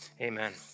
amen